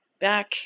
Back